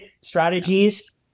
strategies